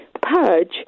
purge